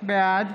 בעד